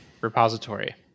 repository